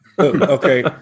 Okay